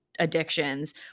addictions